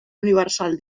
universal